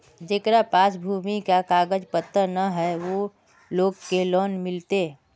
जेकरा पास भूमि का कागज पत्र न है वो लोग के लोन मिलते?